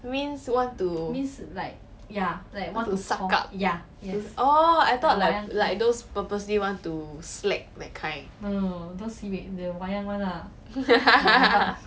means want to suck up orh I thought like those purposely want to slack that kind